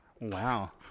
Wow